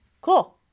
Cool